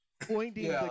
pointing